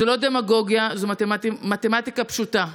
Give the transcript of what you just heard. זאת לא דמגוגיה, זאת מתמטיקה פשוטה.